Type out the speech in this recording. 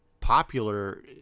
popular